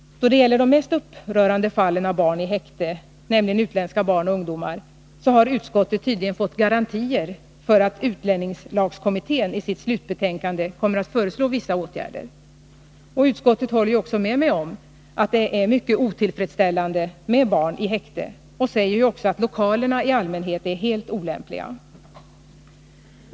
Då det gäller de mest upprörande fallen med barn i häkte, nämligen utländska barn och ungdomar, har utskottet tydligen fått garantier för att utlänningslagskommittén i sitt slutbetänkande kommer att föreslå vissa åtgärder. Utskottet håller ju också med mig om att det är mycket otillfredsställande med barn i häkte och säger även att lokalerna i allmänhet är helt olämpliga.